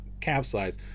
capsize